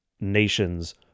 nations